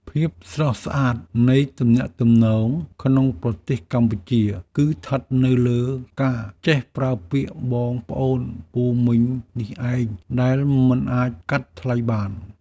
ភាពស្រស់ស្អាតនៃទំនាក់ទំនងក្នុងប្រទេសកម្ពុជា គឺស្ថិតនៅលើការចេះប្រើពាក្យបងប្អូនពូមីងនេះឯងដែលមិនអាចកាត់ថ្លៃបាន។